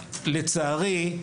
לצערי,